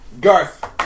Garth